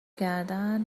کردن